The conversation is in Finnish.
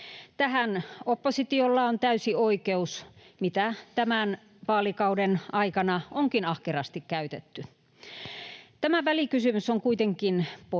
Tähän oppositiolla on täysi oikeus, mitä tämän vaalikauden aikana onkin ahkerasti käytetty. Tämä välikysymys on kuitenkin poikkeuksellinen,